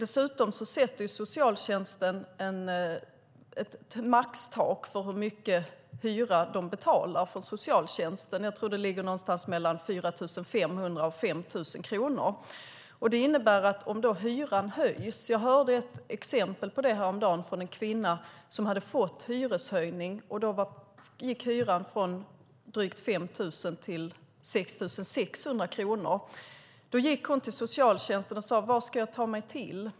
Socialtjänsten har ett tak för hur mycket hyra man betalar. Jag tror att det ligger mellan 4 500 och 5 000 kronor. Jag hörde häromdagen ett exempel. Det var en kvinna som hade fått hyreshöjning. Hyran gick från drygt 5 000 till 6 600 kronor. Hon gick till socialtjänsten och sade: Vad ska jag ta mig till?